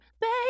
baby